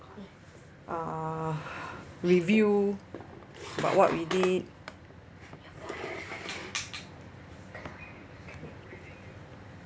uh review about what we did